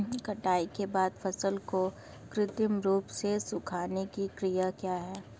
कटाई के बाद फसल को कृत्रिम रूप से सुखाने की क्रिया क्या है?